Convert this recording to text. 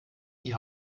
die